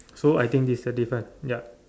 so I think this is the difference ya